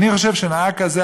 אני חושב שנהג כזה,